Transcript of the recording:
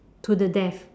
to the death